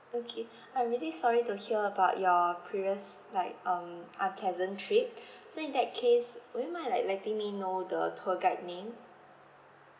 okay I'm really sorry to hear about your previous like um unpleasant trip so in that case would you mind like letting me know the tour guide name